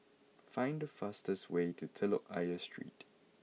find the fastest way to Telok Ayer Street